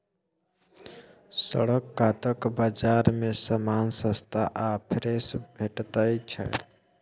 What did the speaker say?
सड़क कातक बजार मे समान सस्ता आ फ्रेश भेटैत छै